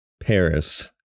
Paris